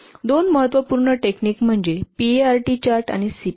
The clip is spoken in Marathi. दोन महत्त्वपूर्ण टेक्निक म्हणजे पीईआरटी चार्ट आणि सीपीएम